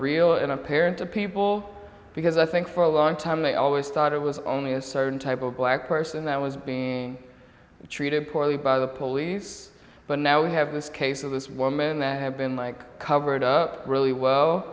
real and apparent to people because i think for a long time they always thought it was only a certain type of black person that was being treated poorly by the police but now we have this case of this woman that had been like covered up really well